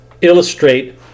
illustrate